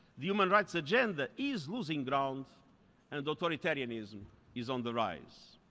the human rights agenda is losing ground and authoritarianism is on the rise.